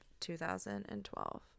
2012